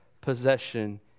possession